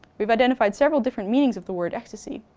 we've identified several different meanings of the word ecstasy,